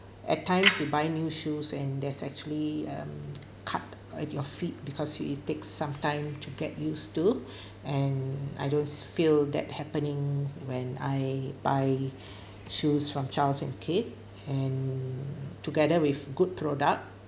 at times you buy new shoes and there's actually um cut at your feet because you it takes some time to get used to and I don't feel that happening when I buy shoes from Charles & Keith and together with good product